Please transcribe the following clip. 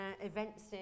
events